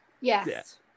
Yes